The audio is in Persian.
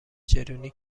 چرونی